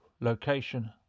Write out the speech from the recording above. location